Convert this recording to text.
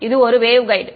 இது ஒரு வேவ்கைடு